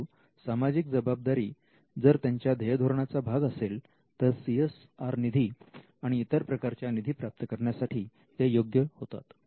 परंतु सामाजिक जबाबदारी जर त्यांच्या ध्येयधोरणाचा भाग असेल तर CSR निधी आणि इतर प्रकारच्या निधी प्राप्त करण्यासाठी ते योग्य होतात